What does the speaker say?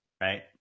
right